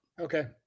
Okay